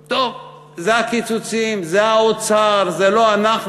טוב, זה הקיצוצים, זה האוצר, זה לא אנחנו.